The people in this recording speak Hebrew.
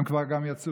הם כבר יצאו.